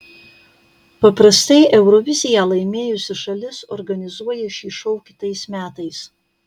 paprastai euroviziją laimėjusi šalis organizuoja šį šou kitais metais